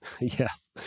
Yes